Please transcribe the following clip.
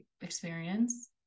experience